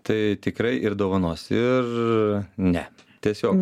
tai tikrai ir dovanos ir ne tiesiog